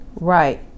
Right